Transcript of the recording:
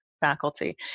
faculty